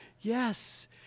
Yes